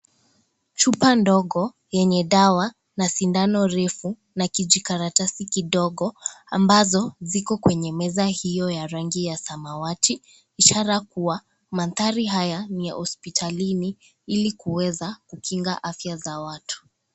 Chupa ndogo yenye dawa na sindano refu na kijikaratasi kidogo ambazo ziko kwenye meza hiyo ya rangi ya samawati ishara kuwa mandhari haya ni ya hosipitalini ili kuweza kuchunga afya za watu.